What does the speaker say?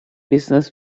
business